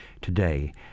today